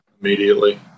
Immediately